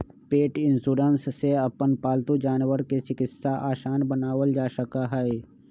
पेट insurance से अपन पालतू जानवर के चिकित्सा आसान बनावल जा सका हई